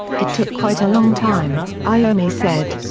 it took quite a long time, iommi said.